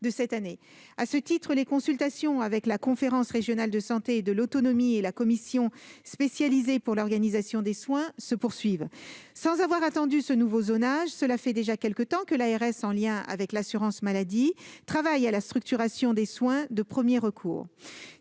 À cet égard, les consultations avec la conférence régionale de santé et de l'autonomie et la commission spécialisée pour l'organisation des soins se poursuivent. Sans avoir attendu ce nouveau zonage, l'ARS, en lien avec l'assurance maladie, travaille depuis quelque temps à la structuration des soins de premier recours,